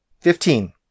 Fifteen